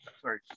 sorry